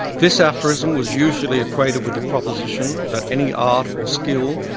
this aphorism was usually equated with the proposition that any art or skill,